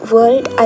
World